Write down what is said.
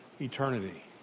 eternity